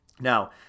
Now